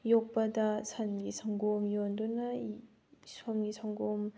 ꯌꯣꯛꯄꯗ ꯁꯟꯒꯤ ꯁꯪꯒꯣꯝ ꯌꯣꯟꯗꯨꯅ ꯁꯟꯒꯤ ꯁꯪꯒꯣꯝ